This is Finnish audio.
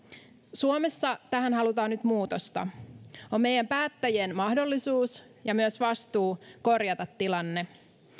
suomessa tähän halutaan nyt muutosta on meidän päättäjien mahdollisuus ja myös vastuu korjata tilanne